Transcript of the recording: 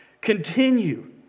continue